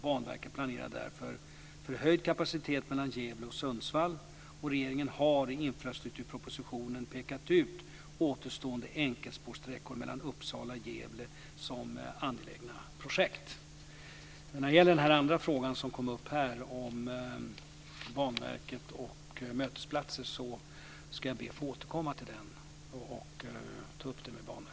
Banverket planerar därför förhöjd kapacitet mellan Gävle och Uppsala och Gävle som angelägna projekt. Den andra frågan som här kom upp, om Banverket och mötesplatser, ska jag ta upp med Banverket. Jag ber att få återkomma till den.